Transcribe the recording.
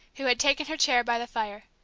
who had taken her chair by the fire.